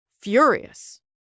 furious